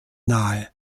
nahe